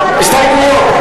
ההסתייגויות,